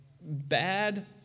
bad